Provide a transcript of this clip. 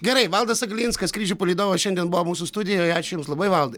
gerai valdas aglinskas skrydžių palydovas šiandien mūsų studijoje ačiū jums labai valdai